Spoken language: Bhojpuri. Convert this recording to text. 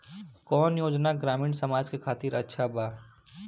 कौन योजना ग्रामीण समाज के खातिर अच्छा बा?